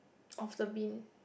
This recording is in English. of the bin